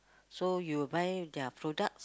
so you buy their product